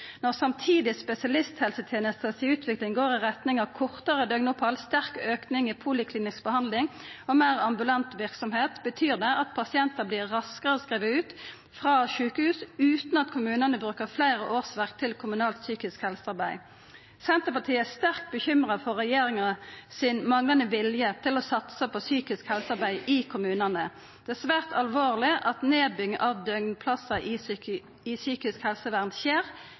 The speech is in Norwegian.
Når utviklinga i spesialisthelsetenesta samtidig går i retning av kortare døgnopphald, sterk auking i poliklinisk behandling og meir ambulant verksemd, betyr det at pasientar vert raskare skrivne ut frå sjukehus, utan at kommunane brukar fleire årsverk til kommunalt psykisk helsearbeid. Senterpartiet er sterkt bekymra for regjeringa sin manglande vilje til å satsa på psykisk helsearbeid i kommunane. Det er svært alvorleg at nedbygging av døgnplassar i psykisk helsevern skjer